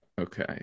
Okay